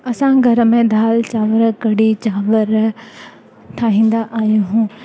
असां घर में दाल चांवर कढ़ी चांवर ठाहींदा आहियूं